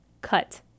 Cut